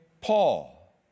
Paul